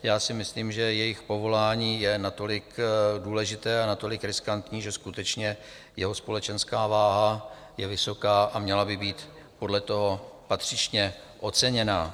Já si myslím, že jejich povolání je natolik důležité a natolik riskantní, že skutečně jeho společenská váha je vysoká a měla by být podle toho patřičně oceněná.